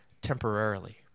temporarily